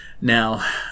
now